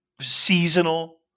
seasonal